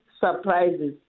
surprises